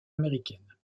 américaines